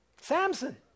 Samson